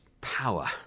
power